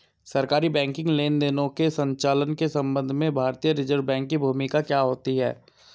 सरकारी बैंकिंग लेनदेनों के संचालन के संबंध में भारतीय रिज़र्व बैंक की भूमिका क्या होती है?